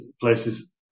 places